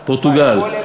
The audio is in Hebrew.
פורטוגל,